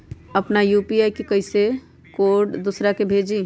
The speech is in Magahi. अपना यू.पी.आई के कोड कईसे दूसरा के भेजी?